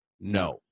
no